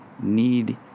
need